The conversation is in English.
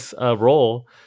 role